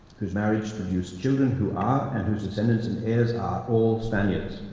whose marriage produced children who are and whose descendants and heirs are all spainards.